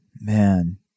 Man